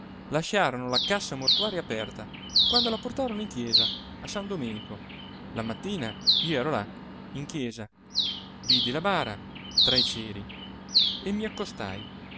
lasciarono la cassa mortuaria aperta quando la portarono in chiesa a san domenico la mattina io ero là in chiesa vidi la bara tra i ceri e mi accostai